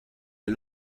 les